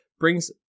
brings